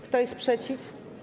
Kto jest przeciw?